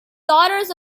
daughters